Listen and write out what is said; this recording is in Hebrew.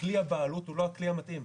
הכלי הבעלות, הוא לא הכלי המתאים.